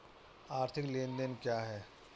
आर्थिक लेनदेन क्या है?